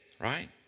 right